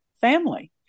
family